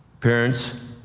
parents